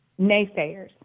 naysayers